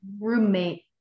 roommate